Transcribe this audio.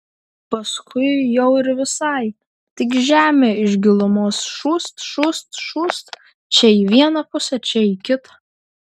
paskui jau ir visai tik žemė iš gilumos šūst šūst šūst čia į vieną pusę čia į kitą